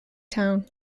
town